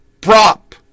prop